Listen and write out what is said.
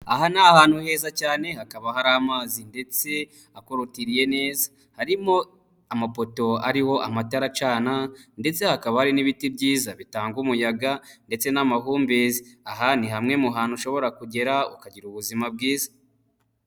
Aha ni ahantu heza cyane, hakaba hari amazi ndetse akorotiriye neza, harimo amapoto ariho amatara acana ndetse hakaba hari n'ibiti byiza bitanga umuyaga ndetse n'amahumbezi. Aha ni hamwe mu hantu ushobora kugera, ukagira ubuzima bwiza.